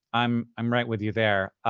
i'm i'm right with you there.